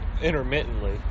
intermittently